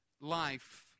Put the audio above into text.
life